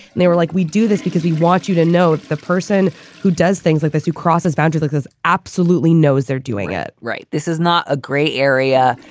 they were like, we do this because we want you to know the person who does things like this, who crosses boundaries, absolutely knows they're doing it right this is not a grey area.